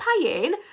paying